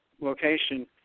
location